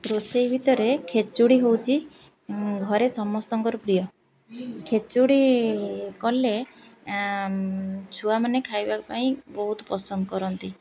ରୋଷେଇ ଭିତରେ ଖେଚୁଡ଼ି ହେଉଛି ଘରେ ସମସ୍ତଙ୍କର ପ୍ରିୟ ଖେଚୁଡ଼ି କଲେ ଛୁଆମାନେ ଖାଇବା ପାଇଁ ବହୁତ ପସନ୍ଦ କରନ୍ତି